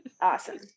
awesome